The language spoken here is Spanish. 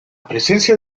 presencia